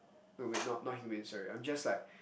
no wait not not humane sorry I'm just like